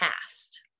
past